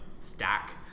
stack